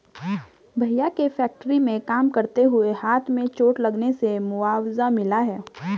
भैया के फैक्ट्री में काम करते हुए हाथ में चोट लगने से मुआवजा मिला हैं